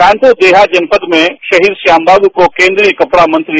कानपुर देहात जनपद में शहीद श्यामबाबू को केन्द्रीय कपड़ा मंत्री